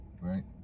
right